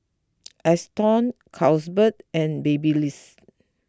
Astons Carlsberg and Babyliss